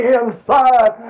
inside